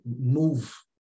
move